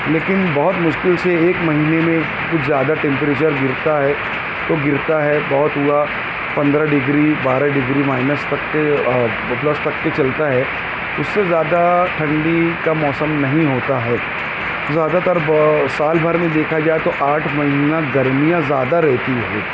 لیکن بہت مشکل سے ایک مہینے میں کچھ زیادہ ٹیمپریچر گرتا ہے تو گرتا ہے بہت ہوا پندرہ ڈگری بارہ ڈگری مائنس تک کے دس تک کے چلتا ہے اس سے زیادہ ٹھنڈی کا موسم نہیں ہوتا ہے زیادہ تر سال بھر میں دیکھا جائے تو آٹھ مہینہ گرمیاں زیادہ رہتی ہے